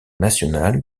nationale